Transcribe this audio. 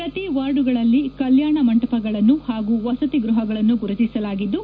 ಪ್ರಕಿ ವಾರ್ಡುಗಳಲ್ಲಿ ಕಲ್ಕಾಣ ಮಂಟಪಗಳನ್ನು ಹಾಗು ವಸತಿ ಗೃಪಗಳನ್ನು ಗುರುತಿಸಲಾಗಿದ್ದು